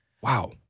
Wow